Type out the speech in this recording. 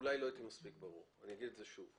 אולי לא הייתי מספיק ברור ולכן אני אומר את זה שוב.